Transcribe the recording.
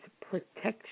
protection